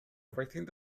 everything